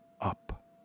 up